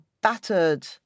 battered